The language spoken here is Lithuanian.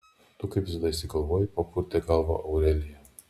tu kaip visada išsigalvoji papurtė galvą aurelija